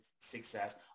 success